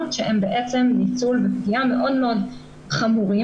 שהן בעצם ניצול ופגיעה מאוד מאוד חמורים,